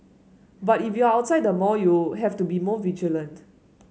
but if you are outside the mall you have to be more vigilant